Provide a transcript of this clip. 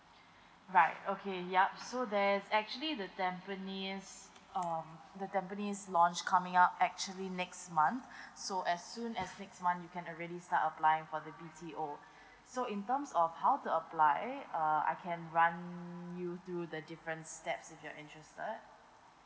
right okay yup so there's actually the tampines um the tampines launch coming up actually next month so as soon as next month you can already start applying for the B_T_O so in terms of how to apply uh I can run you through the different steps if you're interested